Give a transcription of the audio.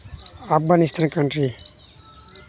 Afghanistan country